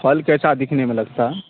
پھل کیسا دکھنے میں لگتا